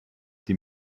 die